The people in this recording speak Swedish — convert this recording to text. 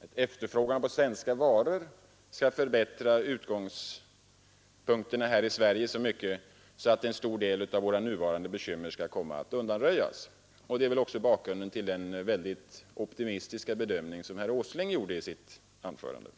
vilket skulle innebära att en större efterfrågan på svenska varor skulle förbättra utgångspunkterna här i Sverige så mycket att en stor del av våra nuvarande bekymmer skulle komma att undanröjas. Det är väl också bakgrunden till den mycket optimistiska bedömning som herr Åsling gjorde i sitt anförande.